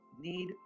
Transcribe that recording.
need